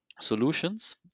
solutions